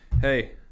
Hey